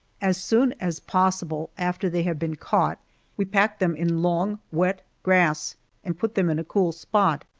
as soon as possible after they have been caught we pack them in long, wet grass and put them in a cool spot,